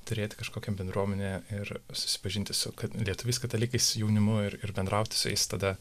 turėti kažkokią bendruomenę ir susipažinti su kad lietuviais katalikais jaunimu ir ir bendrauti su jais tada